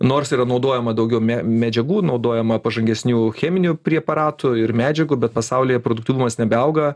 nors yra naudojama daugiau medžiagų naudojama pažangesnių cheminių preparatų ir medžiagų bet pasaulyje produktyvumas nebeauga